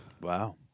Wow